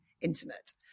intimate